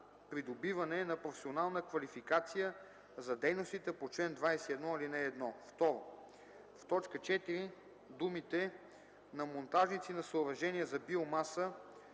придобиване на професионална квалификация за дейностите по чл. 21, ал. 1”. 2. В т. 4 думите „на монтажници на съоръжения за биомаса,